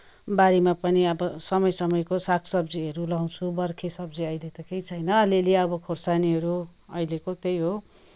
बारीमा पनि अब समय समयको सागसब्जीहरू लाउँछु बर्खे सब्जी अहिले त केही छैन अलिअलि अब खुर्सीनीहरू अहिलेको त्यही हो